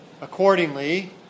Accordingly